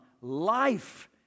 Life